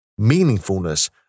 meaningfulness